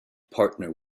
partner